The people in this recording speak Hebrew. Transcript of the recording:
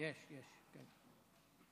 שלוש דקות.